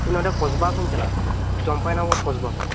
ᱤᱧ ᱱᱚᱰᱮ ᱠᱚᱥᱵᱟ ᱠᱷᱚᱱ ᱤᱧ ᱪᱟᱞᱟᱜ ᱟ ᱪᱚᱢᱯᱟᱭ ᱱᱚᱜᱚᱨ ᱠᱚᱥᱵᱟ ᱠᱷᱚᱱ